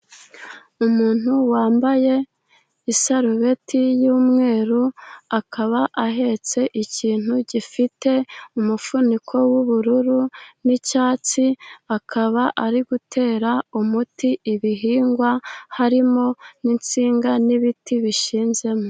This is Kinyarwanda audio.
Umuntu wambaye isarubeti y'umweru akaba ahetse ikintu gifite umufuniko w'ubururu n'icyatsi, akaba ari gutera umuti ibihingwa, harimo n'insinga n'ibiti bishinzemo.